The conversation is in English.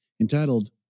entitled